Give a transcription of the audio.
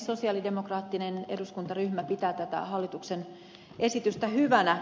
sosialidemokraattinen eduskuntaryhmä pitää tätä hallituksen esitystä hyvänä